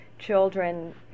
children